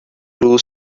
blue